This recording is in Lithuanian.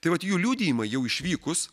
tai vat jų liudijimą jau išvykus